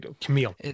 Camille